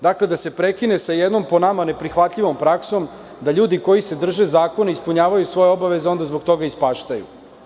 Dakle, da se prekine sa jednom po nama neprihvatljivom praksom da ljudi koji se drže zakona ispunjavaju svoje obaveze onda zbog toga ispaštaju.